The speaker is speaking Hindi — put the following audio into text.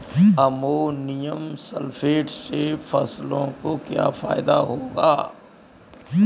अमोनियम सल्फेट से फसलों को क्या फायदा होगा?